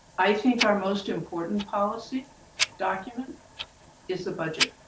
i think our most important policy document is the budget,